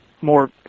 more